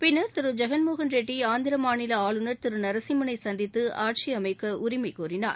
பின்னர் திரு ஜெகன்மோகன்ரெட்டி ஆந்திர மாநில ஆளுநர் திரு நரசிம்மனை சந்தித்து ஆட்சி அமைக்க உரிமை கோரினார்